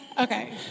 Okay